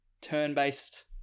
turn-based